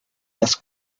las